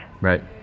Right